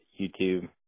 YouTube